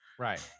Right